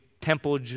temple